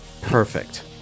Perfect